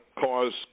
cause